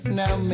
now